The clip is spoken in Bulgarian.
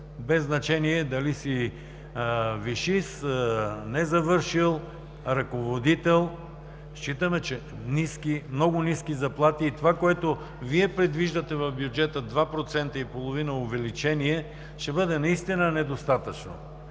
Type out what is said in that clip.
без значение дали си висшист, незавършил, ръководител. Смятаме, че това са ниски, много ниски заплати. Това, което Вие предвиждате в бюджета – 2,5% увеличение, ще бъде наистина недостатъчно.